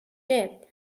jip